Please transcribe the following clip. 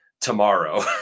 tomorrow